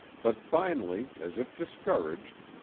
but finally, as if discouraged,